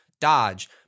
dodge